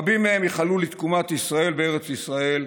רבים מהם ייחלו לתקומת ישראל בארץ ישראל,